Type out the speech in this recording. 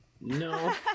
No